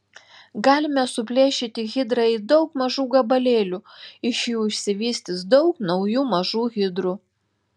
galime suplėšyti hidrą į daug mažų gabalėlių iš jų išsivystys daug naujų mažų hidrų